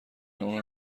اونو